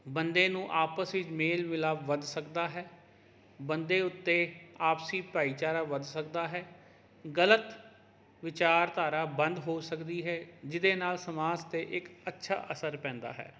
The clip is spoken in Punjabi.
ਬੰਦੇ ਨੂੰ ਆਪਸ ਵਿੱਚ ਮੇਲ ਮਿਲਾਪ ਵੱਧ ਸਕਦਾ ਹੈ ਬੰਦੇ ਉੱਤੇ ਆਪਸੀ ਭਾਈਚਾਰਾ ਵੱਧ ਸਕਦਾ ਹੈ ਗਲਤ ਵਿਚਾਰਧਾਰਾ ਬੰਦ ਹੋ ਸਕਦੀ ਹੈ ਜਿਹਦੇ ਨਾਲ ਸਮਾਜ 'ਤੇ ਇੱਕ ਅੱਛਾ ਅਸਰ ਪੈਂਦਾ ਹੈ